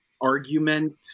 argument